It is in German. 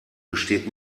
besteht